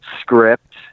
script